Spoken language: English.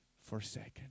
forsaken